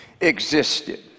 existed